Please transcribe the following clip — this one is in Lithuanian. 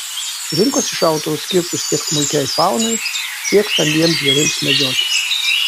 rinkosi šautuvus skirtus tiek smulkiai faunai tiek stambiems žvėrims medžioti